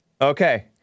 Okay